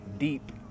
Deep